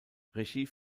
regie